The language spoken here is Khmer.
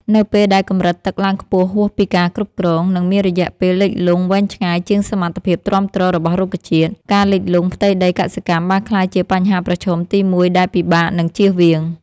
នៅពេលដែលកម្រិតទឹកឡើងខ្ពស់ហួសពីការគ្រប់គ្រង និងមានរយៈពេលលិចលង់វែងឆ្ងាយជាងសមត្ថភាពទ្រាំទ្ររបស់រុក្ខជាតិ ការលិចលង់ផ្ទៃដីកសិកម្មបានក្លាយជាបញ្ហាប្រឈមទីមួយដែលពិបាកនឹងជៀសវាង។